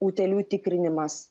utėlių tikrinimas